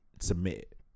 submit